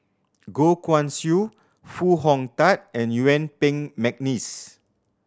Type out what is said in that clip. Goh Guan Siew Foo Hong Tatt and Yuen Peng McNeice